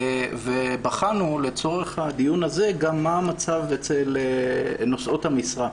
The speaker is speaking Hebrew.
ובחנו לצורך הדיון הזה גם מה המצב אצל נושאות המשרה.